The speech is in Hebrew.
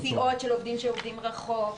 או תוספת נסיעות של עובדים שעובדים רחוק.